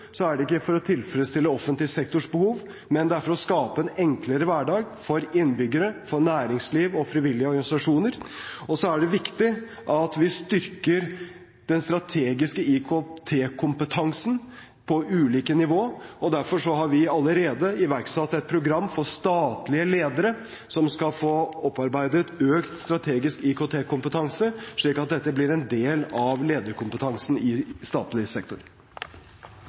Så er det viktig at vi styrker den strategiske IKT-kompetansen på ulike nivå, og derfor har vi allerede iverksatt et program for statlige ledere som skal få opparbeidet økt strategisk IKT-kompetanse, slik at dette blir en del av lederkompetansen i statlig sektor.